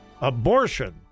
abortion